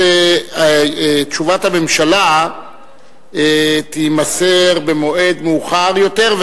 תשובת הממשלה תימסר במועד מאוחר יותר,